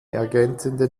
ergänzende